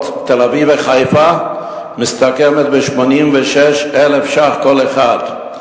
תל-אביב וחיפה מסתכמת בכ-86,000 שקלים כל אחד,